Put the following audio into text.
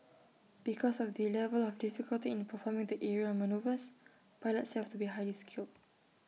because of the level of difficulty in performing the aerial manoeuvres pilots have to be highly skilled